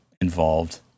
involved